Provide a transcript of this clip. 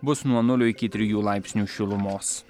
bus nuo nulio iki trijų laipsnių šilumos